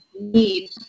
need